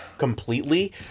Completely